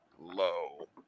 low